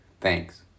Thanks